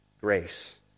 grace